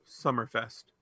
SummerFest